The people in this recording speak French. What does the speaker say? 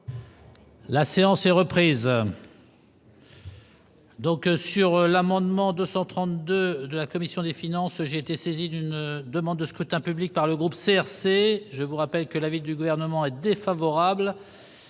La séance est reprise. Donc, sur l'amendement 232 de la commission des finances, j'ai été saisi d'une demande de scrutin public par le groupe CRC, je vous rappelle que l'avis du gouvernement défavorable,